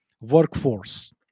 workforce